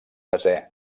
desè